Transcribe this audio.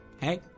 hey